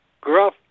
gruff